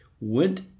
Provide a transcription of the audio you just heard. went